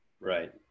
Right